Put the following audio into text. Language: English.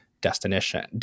destination